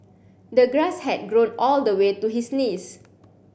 the grass had grown all the way to his knees